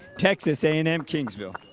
texas a and m kingsville.